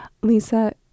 Lisa